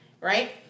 right